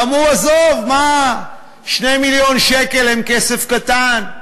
ואמרו: עזוב, מה, 2 מיליון שקל הם כסף קטן.